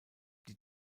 die